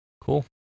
Cool